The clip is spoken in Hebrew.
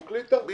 הוא כלי תחבורה.